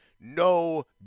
No